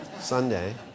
Sunday